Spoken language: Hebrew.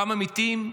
כמה מתים,